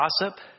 gossip